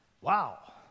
Wow